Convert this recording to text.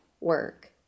work